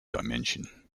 dimension